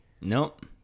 Nope